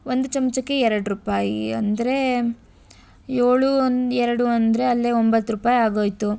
ಒಂದು ಚಮಚಕ್ಕೆ ಎರಡು ರೂಪಾಯಿ ಅಂದರೆ ಏಳು ಒಂದು ಎರಡು ಅಂದರೆ ಅಲ್ಲೇ ಒಂಬತ್ತು ರೂಪಾಯಿ ಆಗೋಯಿತು